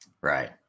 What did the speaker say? Right